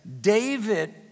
David